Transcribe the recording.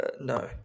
No